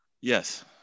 Yes